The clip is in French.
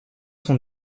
son